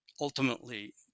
ultimately